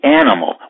animal